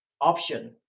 option